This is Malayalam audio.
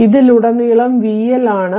അതിനാൽ ഇതിലുടനീളം vL ആണ്